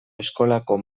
eskolako